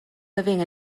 living